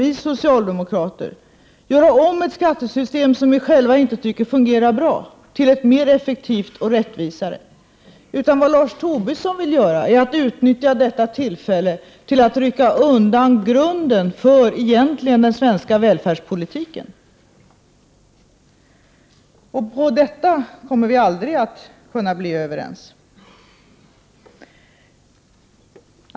Vi socialdemokrater vill göra om ett skattesystem som vi själva inte tycker fungerar bra till ett mer effektivt och rättvisare system. Lars Tobisson vill däremot utnyttja detta tillfälle till att rycka undan grunden för den svenska välfärdspolitiken. Om detta kommer vi aldrig att kunna bli överens.